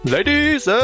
Ladies